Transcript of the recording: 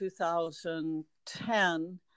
2010